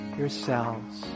yourselves